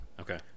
Okay